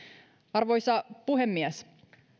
arvoisa puhemies